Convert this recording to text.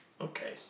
Okay